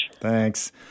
Thanks